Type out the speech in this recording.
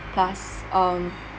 plus um